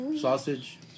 sausage